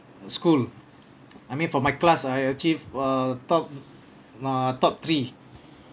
school I mean for my class I achieved uh top uh top three